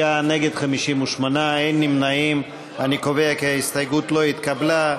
הרשימה המשותפת לאחרי סעיף 151 לא נתקבלה.